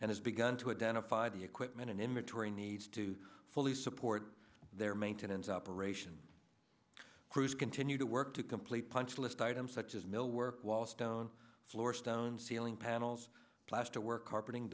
and has begun to identify the equipment and imagery needs to fully support their maintenance operation crews continue to work to complete punch list items such as mill work wall stone floor stone ceiling panels plasterwork carpeting